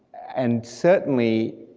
and certainly,